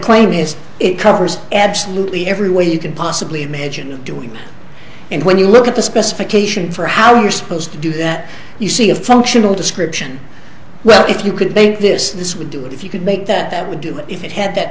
is it covers absolutely every way you can possibly imagine doing and when you look at the specification for how you're supposed to do that you see a functional description well if you could make this this would do it if you could make that would do it if it had that